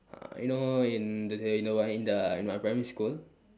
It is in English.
uh you know in the in the in the my primary school